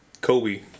Kobe